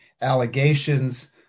allegations